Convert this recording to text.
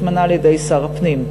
מתמנה על-ידי שר הפנים.